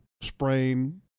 sprain